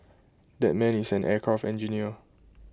that man is an aircraft engineer